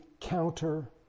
counter